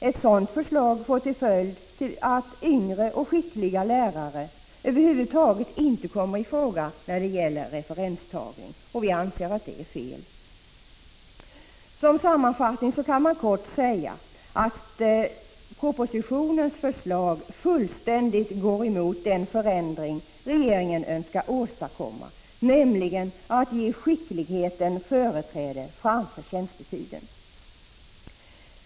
Ett sådant förslag får ju till följd att yngre och skickliga lärare över huvud taget inte kommer i fråga när det gäller referenstagning. Vi anser att det är fel. Som sammanfattning kan man kort säga att propositionens förslag fullständigt går emot den förändring regeringen önskar åstadkomma, nämligen att ge skickligheten företräde framför tjänstetiden.